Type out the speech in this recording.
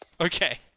Okay